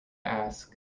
ask